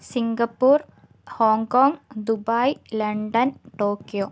Singapore Hong Kong Dubai London Tokyo